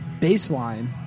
baseline